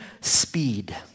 speed